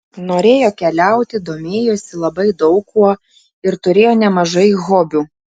norėjo keliauti domėjosi labai daug kuo ir turėjo nemažai hobių